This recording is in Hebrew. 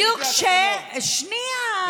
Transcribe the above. בדיוק, שנייה.